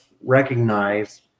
recognize